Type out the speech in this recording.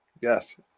Yes